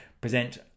present